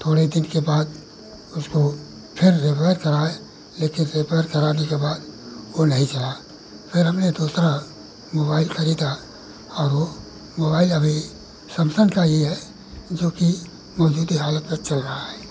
थोड़े ही दिन के बाद उसको फिर रेबयर कराए लेकिन रेबयर कराने के बाद वह नहीं चला फिर हमने दूसरा मोबाइल ख़रीदा और वह मोबाइल अभी समसंग का ही है जोकि मौजूदा हालत तक चल रहा है